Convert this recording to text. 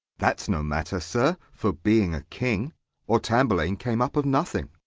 that's no matter, sir, for being a king or tamburlaine came up of nothing.